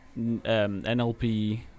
nlp